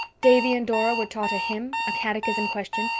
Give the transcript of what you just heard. davy and dora were taught a hymn, a catechism question,